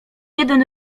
jeden